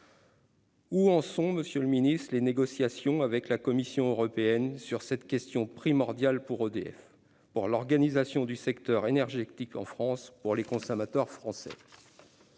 Où en sont, monsieur le ministre, les négociations avec la Commission européenne sur cette question primordiale pour EDF, pour l'organisation du secteur énergétique en France et pour les consommateurs français ?